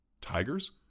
Tigers